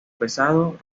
pesado